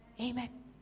Amen